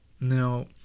Now